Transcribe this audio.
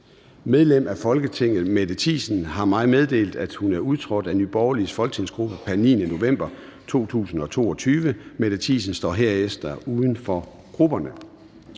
Medlem af Folketinget Mette Thiesen har meddelt mig, at hun er udtrådt af Nye Borgerliges folketingsgruppe pr. 9. november 2022. Mette Thiesen står herefter uden for grupperne.